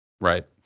Right